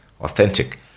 authentic